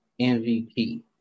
MVP